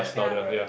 ya